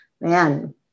man